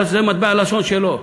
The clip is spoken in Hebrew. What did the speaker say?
זה מטבע לשון שלו.